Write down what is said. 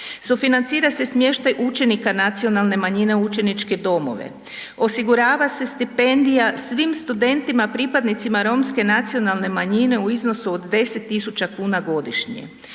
Sufinancira se smještaj učenika nacionalne manjine u učeničke domove, osigurava se stipendija svim studentima pripadnicima romske nacionalne manjine u iznosu od 10.000,00 kn,